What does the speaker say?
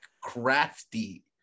crafty